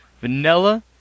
Vanilla